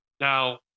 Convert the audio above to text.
now